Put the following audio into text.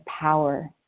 power